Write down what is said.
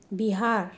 Bihar